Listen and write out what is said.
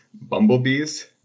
bumblebees